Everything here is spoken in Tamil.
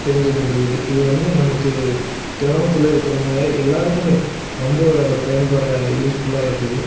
தெரிஞ்சிக்க முடியுது இது வந்து நமக்கு கிராமத்தில் இருக்கிறவுங்க எல்லாருக்குமே ரொம்ப பயன்பாடாக யூஸ்ஃபுல்லாக இருக்குது